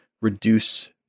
reduce